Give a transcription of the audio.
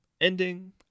ending